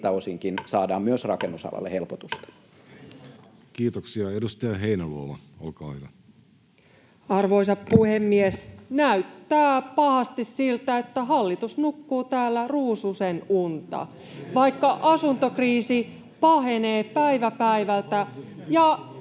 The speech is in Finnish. siltä osinkin saadaan myös rakennusalalle helpotusta. Kiitoksia. — Edustaja Heinäluoma, olkaa hyvä. Arvoisa puhemies! Näyttää pahasti siltä, että hallitus nukkuu täällä ruususenunta, vaikka asuntokriisi pahenee päivä päivältä